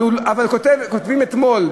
אבל כותבים אתמול,